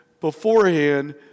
beforehand